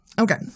Okay